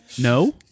No